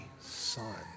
son